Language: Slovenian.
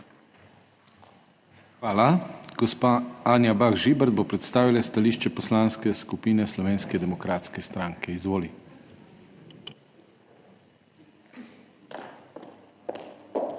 KRIVEC: Gospa Anja Bah Žibert bo predstavila stališče Poslanske skupine Slovenske demokratske stranke. Izvoli.